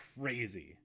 crazy